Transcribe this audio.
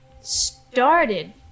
started